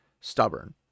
stubborn